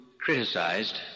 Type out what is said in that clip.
Criticized